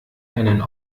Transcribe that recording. einen